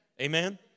Amen